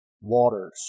waters